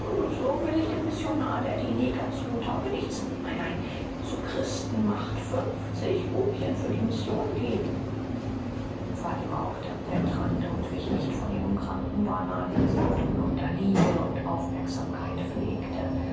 so will ich dem missionar der die neger zu taugenichtsen nein nein zu christen macht fünfzig rupien für die mission geben fatima hockte am bettrande und wich nicht von ihrem kranken bana den sie mit rührender liebe und aufmerksamkeit pflegte